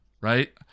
right